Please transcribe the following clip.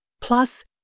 plus